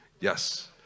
Yes